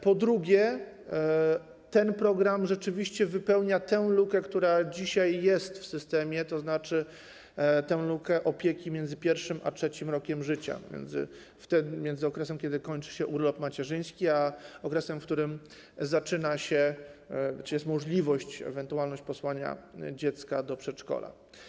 Po drugie, ten program rzeczywiście wypełnia lukę, która dzisiaj jest w systemie, to znaczy lukę w opiece między 1. a 3. rokiem życia, między okresem, kiedy kończy się urlop macierzyński, a okresem, kiedy zaczyna się czy jest możliwość, ewentualność posłania dziecka do przedszkola.